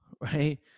right